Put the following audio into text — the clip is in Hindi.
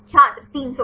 छात्र 300